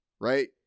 right